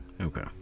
Okay